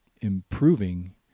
improving